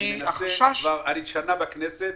אני שנה בכנסת